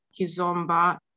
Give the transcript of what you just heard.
kizomba